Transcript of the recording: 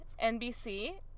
NBC